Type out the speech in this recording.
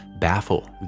baffle